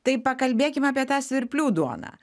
tai pakalbėkim apie tą svirplių duoną